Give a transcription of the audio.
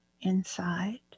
inside